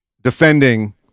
defending